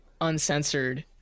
uncensored